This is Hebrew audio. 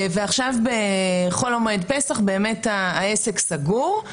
ועכשיו בחול המועד פסח באמת העסק סגור,